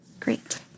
Great